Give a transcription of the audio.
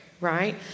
right